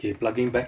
K plugging back